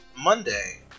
Monday